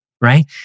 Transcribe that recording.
Right